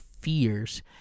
fears